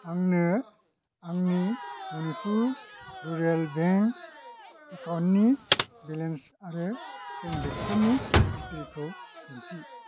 आंनो आंनि Manipur rural bank एकाउन्टनि बेलेन्स आरो ट्रेनजेक्सननि हिस्थ्रिखौ दिन्थि